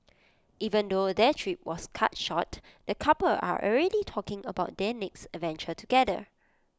even though their trip was cut short the couple are already talking about their next adventure together